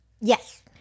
Yes